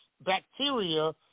bacteria